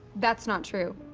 that's not true.